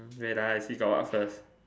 wait ah I see got what first